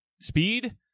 speed